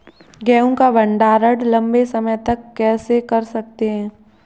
गेहूँ का भण्डारण लंबे समय तक कैसे कर सकते हैं?